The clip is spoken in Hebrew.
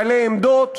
בעלי עמדות.